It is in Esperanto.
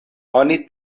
oni